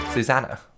Susanna